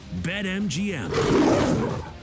BetMGM